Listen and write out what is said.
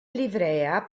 livrea